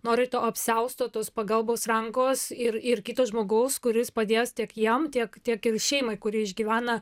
nori to apsiausto tos pagalbos rankos ir ir kito žmogaus kuris padės tiek jam tiek tiek ir šeimai kuri išgyvena